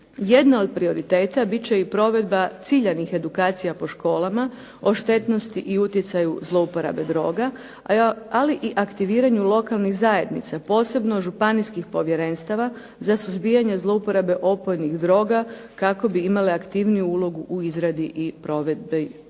Jedna od prioriteta bit će i provedba ciljanih edukacija po školama o štetnosti i utjecaju zlouporabe droga, ali i aktiviranju lokalnih zajednica, posebno županijskih povjerenstava za suzbijanje zlouporabe opojnih droga kako bi imale aktivniju ulogu u izradi i provedbi tih